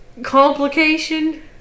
Complication